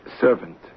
servant